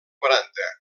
quaranta